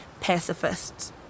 pacifists